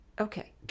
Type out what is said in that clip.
Okay